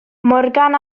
morgan